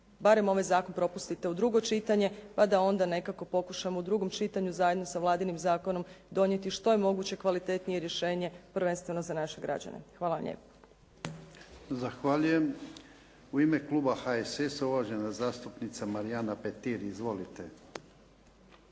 barem ovaj zakon propustite u drugo čitanje pa da onda nekako pokušamo u drugom čitanju zajedno sa vladinim zakonom donijeti što je moguće kvalitetnije rješenje prvenstveno za naše građane. Hvala vam lijepa. **Jarnjak, Ivan (HDZ)** Zahvaljujem. U ime Kluba HSS-a uvažena zastupnica Marijana Petir. Izvolite.